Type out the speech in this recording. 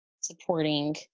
supporting